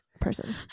person